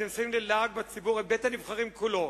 אתם שמים ללעג בציבור את בית-הנבחרים כולו.